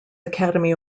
academy